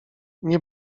nie